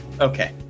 Okay